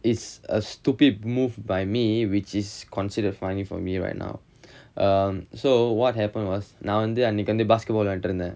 it's a stupid move by me which is considered funny for me right now um so what happened was நா வந்து அன்னைக்கு வந்து:naa vanthu annaikku vanthu basketball விளையாடிட்டுருத்தேன்:vilaiyaaditurunthaen